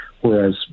whereas